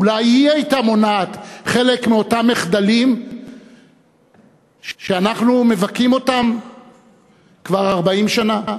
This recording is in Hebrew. אולי היא הייתה מונעת חלק מאותם מחדלים שאנחנו מבכים אותם כבר 40 שנה?